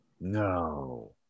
No